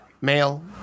Male